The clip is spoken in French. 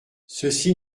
ceci